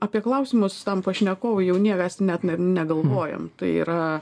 apie klausimus tam pašnekovui jau niekas net negalvojam tai yra